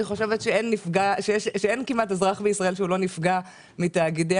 שאין כמעט אזרח בישראל שלא נפגע מתאגידי